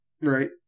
Right